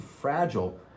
fragile